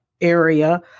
area